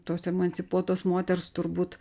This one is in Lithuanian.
tos emancipuotos moters turbūt